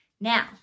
Now